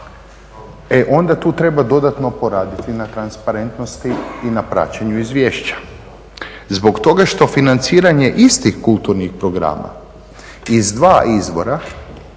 E, onda tu treba dodatno poraditi na transparentnosti i na praćenju izvješća zbog toga što financiranje istih kulturnih programa iz dva izvora